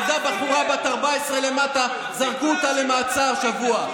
כשירדה בחורה בת 14 למטה, זרקו אותה למעצר שבוע.